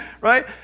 Right